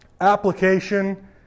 application